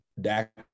Dak